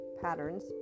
patterns